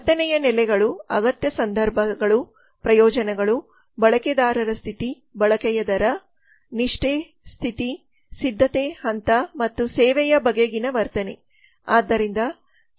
ವರ್ತನೆಯ ನೆಲೆಗಳು ಅಗತ್ಯ ಸಂದರ್ಭಗಳು ಪ್ರಯೋಜನಗಳು ಬಳಕೆದಾರರ ಸ್ಥಿತಿ ಬಳಕೆಯ ದರ ನಿಷ್ಠೆ ಸ್ಥಿತಿ ಸಿದ್ಧತೆ ಹಂತ ಮತ್ತು ಸೇವೆಯ ಬಗೆಗಿನ ವರ್ತನೆ